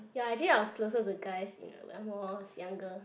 ya actually I was closer to guys you know when I was younger